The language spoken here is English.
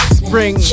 spring